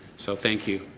so thank you.